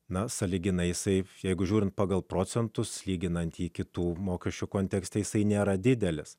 na sąlyginai jisai jeigu žiūrint pagal procentus lyginantį kitų mokesčių kontekste jisai nėra didelis